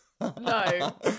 No